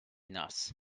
nas